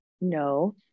No